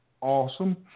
awesome